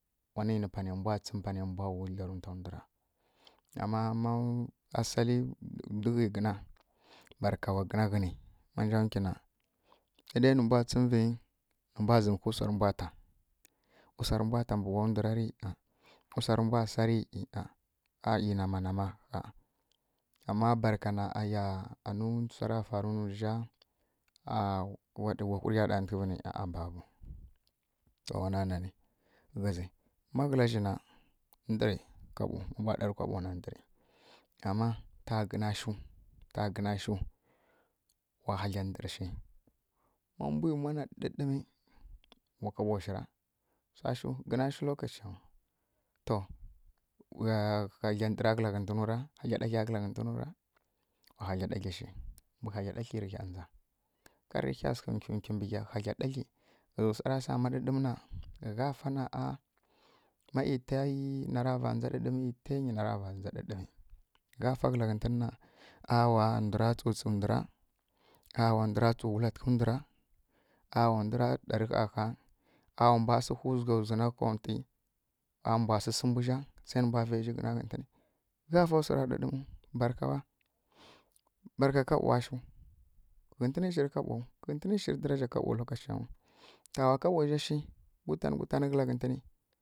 Wani nǝ pane mbwa wu dlaruntwa ndwura ama ma asali ndwughi gǝna barka wa gǝna kǝni ma nja nkwina se ne mbwa tsǝmǝvi nǝmbwa zǝmǝ wsa zǝmi wu wsa rǝmbwa zǝm mbe wu ndwurari e wu wsa ri mbwa sa ri e, ah eh nama nama ama barkana ayah ani wsa ra fatru nǝ ndwuzja wa whurǝya ɗatǝghǝvi ni aˈa babu to mana nani ghǝzi ma ghǝlazji na ndǝri kaɓo ma mbwa ɗari kaɓona ndǝri ama ta gǝna shu ta gǝna shu wa hagla ndǝr shi ma mbwumwa na ɗǝɗǝmi wa kaŋo shira? Wsashu gǝnashu lokaciyarau to hagla ndǝra kǝla ghǝntǝnu ra hagla ɗagla kǝla ghǝntǝnu ra wa hagla ɗagli shi mbǝ hagla ɗagli rǝɦa ndza har rǝɦya sǝghǝ nkwinkwi mbǝ hagla ɗagli ghǝzǝ wsa ra saa ma ɗǝɗǝmǝ na gha fa ahh ma i tayi nara va ndza ɗǝɗǝmi tǝingyi nara va ndza ɗǝɗǝmi gha fa ghǝla ghǝtǝnna ahh wa ndwura tsi ndwura ahh wa ndwura tsu tsi ndwura ahh wa ndwura ɗari ɦaɦa ah mbwa sǝwhǝ wzǝgha zana kwantwi ahh mbwa sǝsǝ mbwǝzja se nǝmbwa vǝgha gǝna ghǝntǝni zja fa wsara ɗǝɗǝmu barka wa barka kaɓowashu ghǝntǝni shǝrǝ kaɓowu ghentǝni shǝri daraja kaɓo kwa lokaciyaraw ta wa kaɓowa zja shi gutan gutan kɨla ghǝntǝn